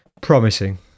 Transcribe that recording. promising